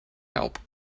help